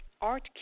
Art